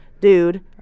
Dude